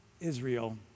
Israel